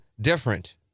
different